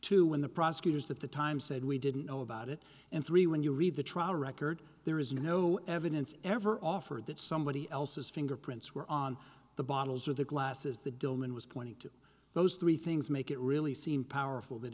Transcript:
to when the prosecutors that the time said we didn't know about it and three when you read the trial record there is no evidence ever offered that somebody else's fingerprints were on the bottles or the glasses the dillman was pointing to those three things make it really seem powerful that